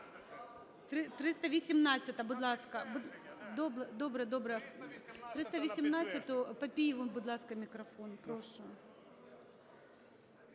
318-а, будь ласка. Добре, добре, 318-у. Папієву, будь ласка, мікрофон. Прошу.